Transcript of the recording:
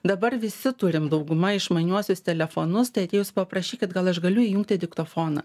dabar visi turim dauguma išmaniuosius telefonus tai atėjus paprašykit gal aš galiu įjungti diktofoną